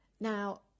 Now